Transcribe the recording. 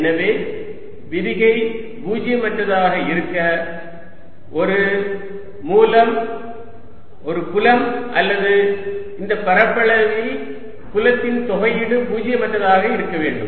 எனவே விரிகை பூஜ்ஜியமற்றதாக இருக்க ஒரு புலம் அல்லது இந்த பரப்பளவில் புலத்தின் தொகையீடு பூஜ்ஜியமற்றதாக இருக்க வேண்டும்